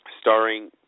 starring